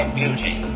beauty